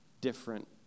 different